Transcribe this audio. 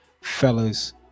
fellas